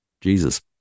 Jesus